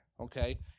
okay